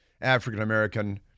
African-American